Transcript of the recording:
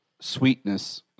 sweetness